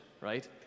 right